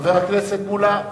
חבר הכנסת מולה.